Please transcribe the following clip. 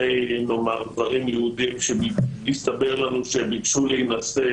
שני גברים יהודים שהסתבר לנו שהם ביקשו להינשא.